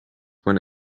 when